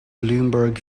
bloomberg